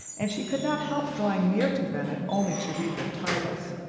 and she could not help drawing near to them if only to read their titles.